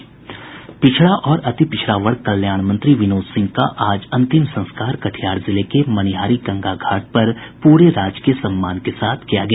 पिछड़ा और अति पिछड़ा वर्ग कल्याण मंत्री विनोद सिंह का अंतिम संस्कार कटिहार जिले के मनिहारी गंगा घाट पर राजकीय सम्मान के साथ किया गया